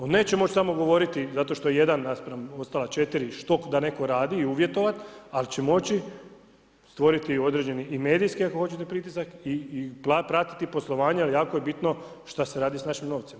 On neće moći samo govoriti zato što je jedan naspram ostala 4 što da netko radi i uvjetovati ali će moći stvoriti određeni i medijski ako hoćete pritisak i pratiti poslovanja jer jako je bitno šta se radi s našim novcima.